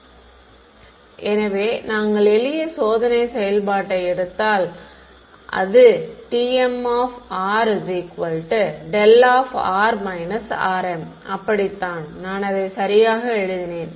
delta எனவே நாங்கள் எளிய சோதனை செயல்பாட்டை எடுத்தால் எனவே அது tm அப்படித்தான் நான் அதை சரியாக எழுதினேன்